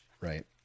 right